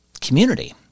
community